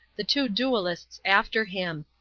the two duellists after him.